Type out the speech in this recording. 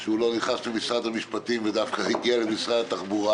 שהוא לא נכנס למשרד המשפטים ודווקא הגיע למשרד התחבורה.